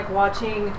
watching